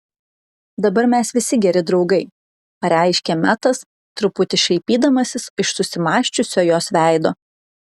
dabar mes visi geri draugai pareiškė metas truputį šaipydamasis iš susimąsčiusio jos veido